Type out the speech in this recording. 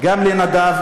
גם לנדב,